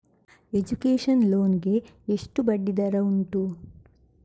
Education loan ಗೆ ಎಷ್ಟು ಬಡ್ಡಿ ದರ ಉಂಟು?